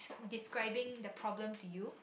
describing the problem to you